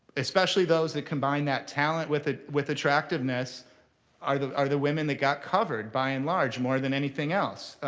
especially those that combine that talent with ah with attractiveness are the are the women that got covered by and large more than anything else.